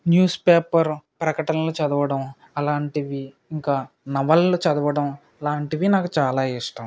news paper ప్రకటనలు చదవడం అలాంటివి ఇంకా నవలలు చదవడం అలాంటివి నాకు చాలా ఇష్టం